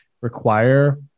require